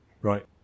Right